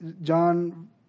John